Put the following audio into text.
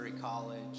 College